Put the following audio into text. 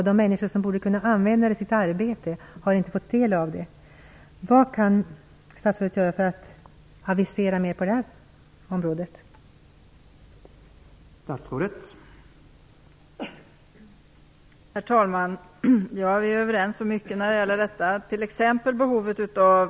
De människor som borde kunna använda informationen i sitt arbete har inte fått del av den. Vad kan statsrådet göra när det gäller att avisera ytterligare åtgärder på detta område?